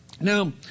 Now